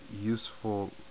Useful